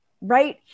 right